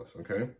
Okay